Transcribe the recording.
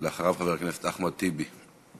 אחריו, חבר הכנסת אחמד טיבי.